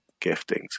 giftings